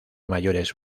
mayores